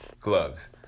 gloves